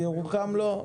בירוחם לא.